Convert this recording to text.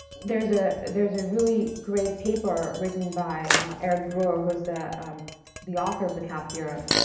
there's ah there's a really great paper written by eric brewer who's the um the author of the cap theorem,